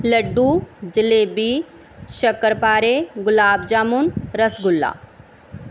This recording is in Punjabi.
ਲੱਡੂ ਜਲੇਬੀ ਸ਼ੱਕਰਪਾਰੇ ਗੁਲਾਬ ਜਾਮੁਨ ਰਸਗੁੱਲਾ